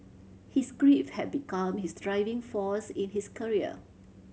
his grief have become his driving force in his career